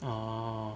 oh